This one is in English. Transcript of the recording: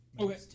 Okay